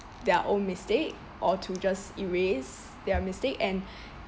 their own mistake or to just erase their mistake and